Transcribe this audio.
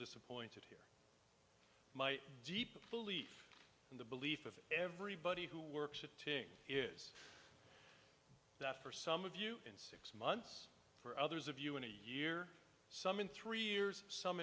disappointed here my deep belief in the belief of everybody who works at the team is that for some of you in six months for others of you in a year some in three years some